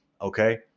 Okay